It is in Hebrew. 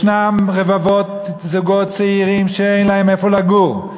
יש רבבות זוגות צעירים שאין להם איפה לגור.